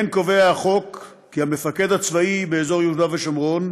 כמו כן קובע החוק כי המפקד הצבאי באזור יהודה ושומרון